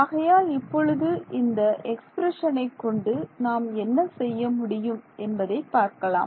ஆகையால் இப்பொழுது இந்த எக்ஸ்பிரஷனை கொண்டு நாம் என்ன செய்ய முடியும் என்பதை பார்க்கலாம்